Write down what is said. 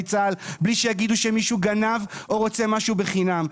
צה"ל בלי שיגידו שמישהו גנב או רוצה משהו בחינם.